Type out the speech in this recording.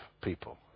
people